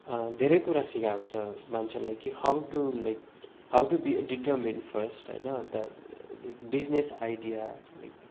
धेरै कुरा सिकाएको छ मान्छेलाई कि how to like how to be a determined first होइन अन्त लाइक बिजिनेस आडिया लाइक